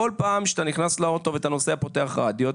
כל פעם שאתה נכנס לאוטו ופותח רדיו,